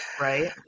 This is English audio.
Right